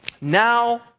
Now